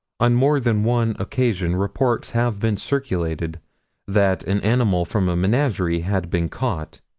on more than one occasion reports have been circulated that an animal from a menagerie had been caught,